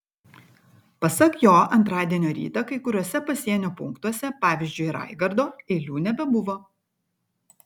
pasak jo antradienio rytą kai kuriuose pasienio punktuose pavyzdžiui raigardo eilių nebebuvo